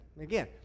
Again